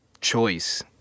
choice